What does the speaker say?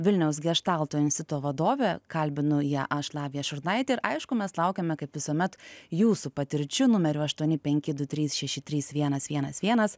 vilniaus geštalto instituto vadovė kalbinu ją aš lavija šurnaitė ir aišku mes laukiame kaip visuomet jūsų patirčių numeriu aštuoni penki du trys šeši trys vienas vienas vienas